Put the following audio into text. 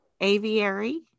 aviary